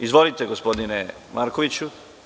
Izvolite, gospodine Markoviću.